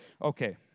Okay